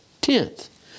tenth